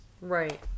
Right